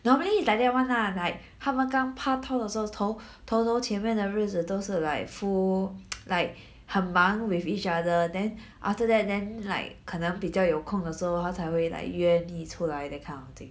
normally is like that [one] lah like 他们刚拍拖的时候头头头前面的日子都是 like full like 很忙 with each other then after that then like 可能比较有空的时候她才会 like 约你出来 that kind of thing